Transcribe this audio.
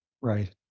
Right